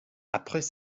après